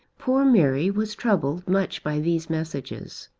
poor mary was troubled much by these messages.